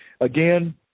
Again